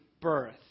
birth